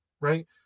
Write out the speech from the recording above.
right